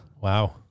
Wow